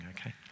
okay